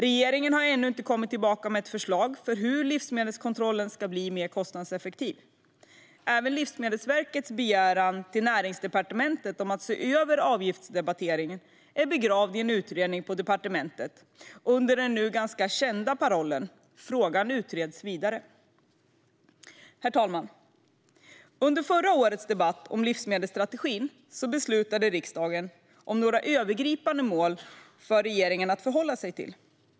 Regeringen har ännu inte kommit tillbaka med ett förslag för hur livsmedelskontrollen ska bli mer kostnadseffektiv. Även Livsmedelsverkets begäran till Näringsdepartementet om att se över avgiftsdebiteringen är begravd i en utredning på departementet under den nu ganska kända parollen att frågan utreds vidare. Herr talman! Under förra årets debatt om livsmedelsstrategin beslutade riksdagen om några övergripande mål för regeringen att förhålla sig till.